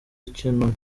icyunamo